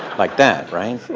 like that, right?